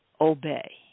obey